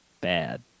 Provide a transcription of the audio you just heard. bad